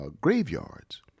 graveyards